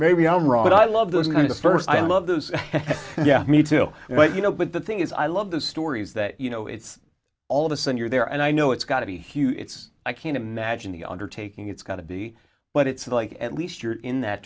maybe i'm wrong but i love those kind of stirs i love those yeah me too but you know but the thing is i love the stories that you know it's all of a sudden you're there and i know it's got to be huge it's i can't imagine the undertaking it's got to be but it's like at least you're in that